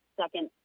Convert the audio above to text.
second